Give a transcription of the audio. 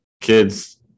Kids